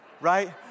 right